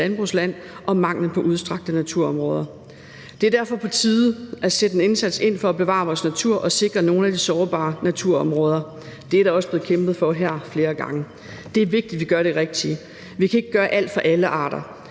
landbrugsland og mangel på udstrakte naturområder. Det er derfor på tide at sætte ind med en indsats for at bevare vores natur og sikre nogle af de sårbare naturområder. Det er der også blevet kæmpet for flere gange her. Det er vigtigt, at vi gør det rigtige. Vi kan ikke gøre alt for alle arter.